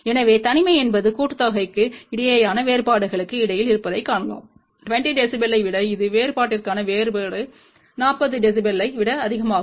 எனவே தனிமை என்பது கூட்டுத்தொகைக்கு இடையேயான வேறுபாடுகளுக்கு இடையில் இருப்பதைக் காணலாம் 20 dB ஐ விட இது வேறுபாட்டிற்கான வேறுபாடு 40 dB ஐ விட அதிகமாகும்